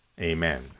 Amen